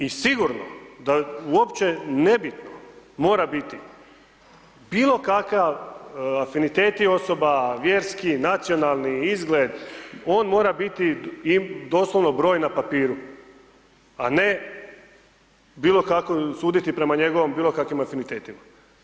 I sigurno, da uopće nebitno mora biti bilo kakav afiniteti osoba, vjerski, nacionalni, izgled, on mora biti doslovno broj na papiru, a ne bilo kako suditi prema njegovim bilo kakvim afinitetima.